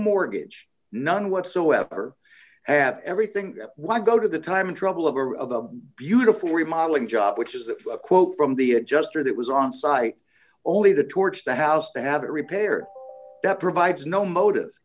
mortgage none whatsoever have everything why go to the time trouble over of a beautiful remodeling job which is a quote from the adjuster that was on site only the torch the house to have it repaired that provides no motive